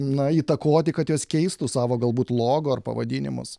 na įtakoti kad jos keistų savo galbūt logo ar pavadinimus